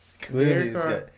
clearly